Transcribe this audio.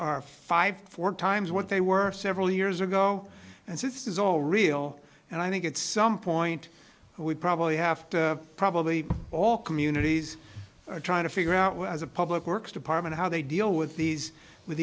are five four times what they were several years ago and this is all real and i think at some point we probably have probably all communities trying to figure out well as a public works department how they deal with these with